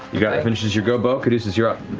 yeah that finishes your go, beau. caduceus, you're up.